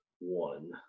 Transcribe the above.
one